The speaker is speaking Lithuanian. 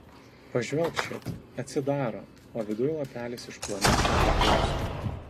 pažvelk šit atsidaro o viduj lapelis iš plonyčio papiruso